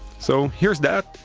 so here's that.